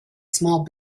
small